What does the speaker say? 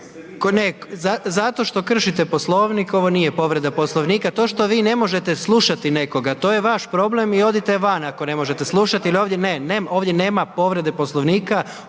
zato što kršite Poslovnik, ovo nije povreda Poslovnika, to što vi ne možete slušati nekoga, to je vaš problem i odite van ako ne možete slušati. Ne, ne, ovdje nema povrede Poslovnika,